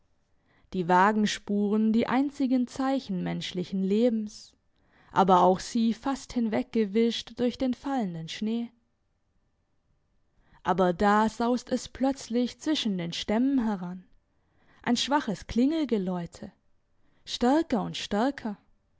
die wagenspuren die einzigen zeichen menschlichen lebens aber auch sie fast hinweggewischt durch den fallenden schnee aber da saust es plötzlich zwischen den stämmen heran ein schwaches klingelgeläute stärker und stärker